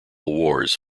wars